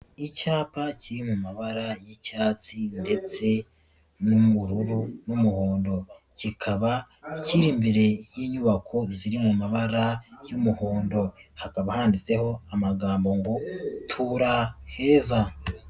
Icyapa kiri mu mabara y'icyatsi ndetse n'ubururu n'umuhondo, kikaba kiri imbere y'inyubako ziri mu mabara y'umuhondo, hakaba handitseho amagambo ngo tura heza.